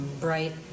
Bright